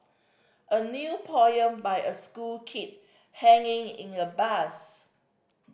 a new poem by a school kid hanging in a bus